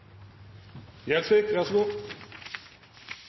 og ver så god!